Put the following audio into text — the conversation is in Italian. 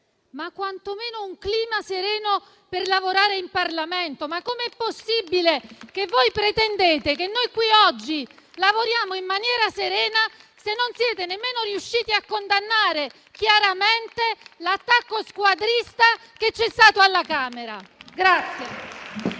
ma quantomeno un clima sereno per lavorare in Parlamento. Come è possibile che pretendiate che qui oggi lavoriamo in maniera serena, se non siete nemmeno riusciti a condannare chiaramente l'attacco squadrista che c'è stato alla Camera?